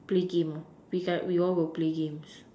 play game we all will play games